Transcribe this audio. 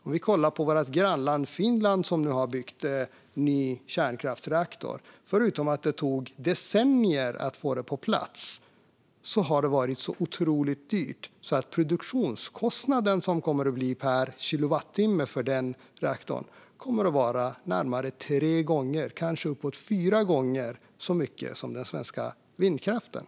Vi kan kolla på vårt grannland Finland, som nu har byggt en ny kärnkraftsreaktor. Förutom att det tog decennier att få den på plats har det varit så otroligt dyrt att den produktionskostnad per kilowattimme som det kommer att bli för denna reaktor kommer att vara tre, kanske uppåt fyra gånger så hög som för den svenska vindkraften.